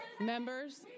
Members